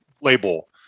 label